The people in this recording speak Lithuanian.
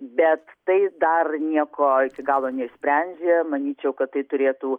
bet tai dar nieko iki galo neišsprendžia manyčiau kad tai turėtų